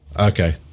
Okay